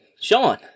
Sean